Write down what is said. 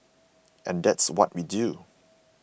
and that's what we do